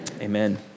Amen